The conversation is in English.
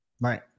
Right